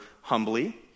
humbly